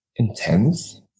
intense